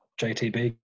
JTB